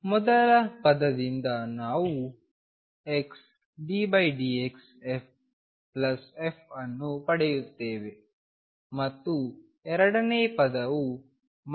ಆದ್ದರಿಂದ ಮೊದಲ ಪದದಿಂದ ನಾವು xddxff ಅನ್ನು ಪಡೆಯುತ್ತೇವೆ ಮತ್ತು ಎರಡನೆಯ ಪದವು xddxf